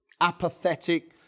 apathetic